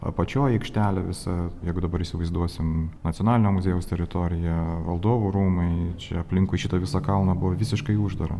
apačioj aikštelė visa jeigu dabar įsivaizduosim nacionalinio muziejaus teritoriją valdovų rūmai čia aplinkui šitą visą kalną buvo visiškai uždara